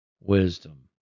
wisdom